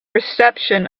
reception